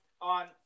on